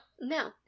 No